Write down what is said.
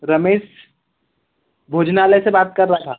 रमेश भोजनालय से बात कर रहा था